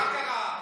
מה קרה?